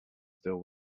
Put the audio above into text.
still